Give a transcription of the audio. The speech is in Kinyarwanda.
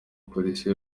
police